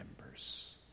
members